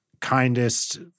kindest